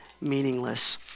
meaningless